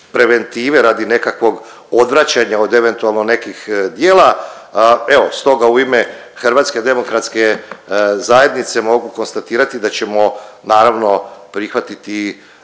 preventive, radi nekakvog odvraćanja od eventualno nekih djela. Evo stoga u ime HDZ-a mogu konstatirati da ćemo naravno prihvatiti